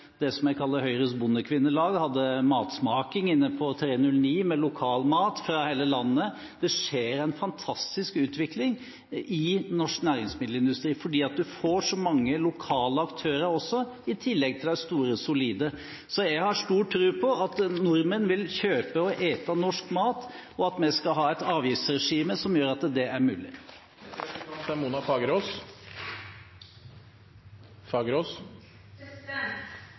det jeg kaller Høyres bondekvinnelag, matsmaking inne på 309 med lokalmat fra hele landet. Det skjer en fantastisk utvikling i norsk næringsmiddelindustri, fordi man får så mange lokale aktører i tillegg til de store, solide. Jeg har stor tro på at nordmenn vil kjøpe og ete norsk mat, og at vi skal ha et avgiftsregime som gjør at det er mulig.